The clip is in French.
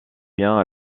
bien